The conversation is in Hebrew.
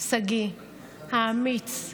שגיא האמיץ,